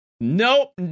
Nope